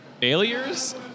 failures